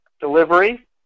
delivery